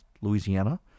Louisiana